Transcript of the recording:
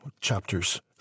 chapters